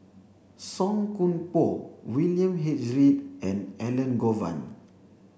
Song Koon Poh William H Read and Elangovan